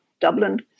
Dublin